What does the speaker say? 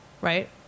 right